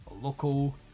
local